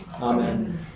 Amen